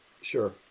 Sure